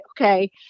okay